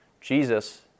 Jesus